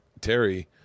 Terry